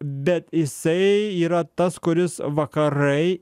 bet jisai yra tas kuris vakarai